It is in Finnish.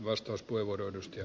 arvoisa puhemies